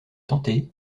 tenter